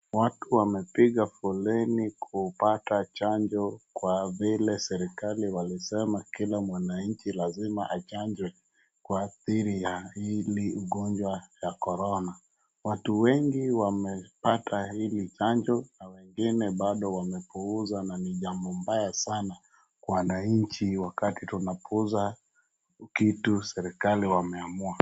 Watu wamepiga foleni kupata chanjo kwa vile serikali walisema kila mwananchi lazima achanjwe kwa athiri ya huu ugonjwa wa korona. Watu wengi wamepata hii chanjo na wengine bado wamepuuza na ni jambo mbaya sana wananachi wakati tunapuuza kitu serikali wameamua.